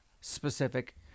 specific